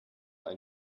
ein